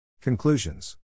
Conclusions